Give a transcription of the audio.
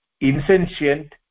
insentient